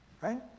Right